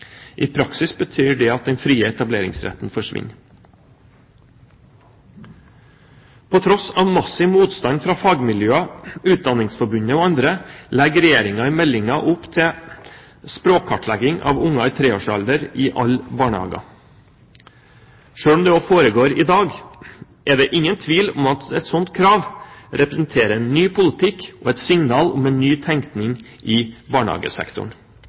I praksis betyr det at den frie etableringsretten forsvinner. På tross av massiv motstand fra fagmiljøene, Utdanningsforbundet og andre legger Regjeringen i meldingen opp til språkkartlegging av unger i treårsalderen i alle barnehager. Selv om det også foregår i dag, er det ingen tvil om at et slikt krav representerer en ny politikk og et signal om en ny tenkning i barnehagesektoren.